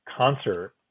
concert